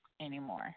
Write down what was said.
anymore